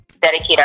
dedicate